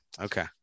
Okay